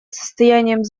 состоянием